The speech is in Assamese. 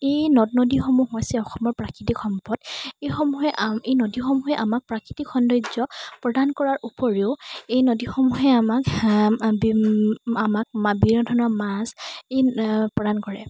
এই নদ নদীসমূহ হৈছে অসমৰ প্ৰাকৃতিক সম্পদ এইসমূহে এই নদীসমূহে আমাক প্ৰাকৃতিক সৌন্দৰ্য প্ৰদান কৰাৰ উপৰিও এই নদীসমূহে আমাক আমাক বিভিন্ন ধৰণৰ মাছ এই প্ৰদান কৰে